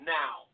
now